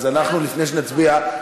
לפני שנצביע,